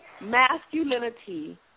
masculinity